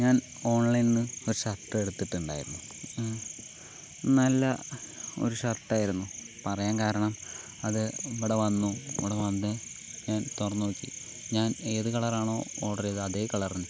ഞാൻ ഓൺലൈനിൽ നിന്ന് ഒരു ഷർട്ട് എടുത്തിട്ടുണ്ടായിരുന്നു നല്ല ഒരു ഷർട്ട് ആയിരുന്നു പറയാൻ കാരണം അത് ഇവിടെ വന്നു ഇവിടെ വന്ന് ഞാൻ തുറന്ന് നോക്കി ഞാൻ ഏത് കളർ ആണോ ഓർഡർ ചെയ്തത് അതേ കളറുതന്നെ